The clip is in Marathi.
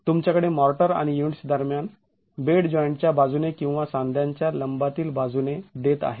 तुमच्याकडे मॉर्टर आणि युनिट्स दरम्यान बेड जॉईंट च्या बाजूने किंवा सांध्यांच्या लंबातील बाजूने देत आहे